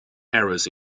errors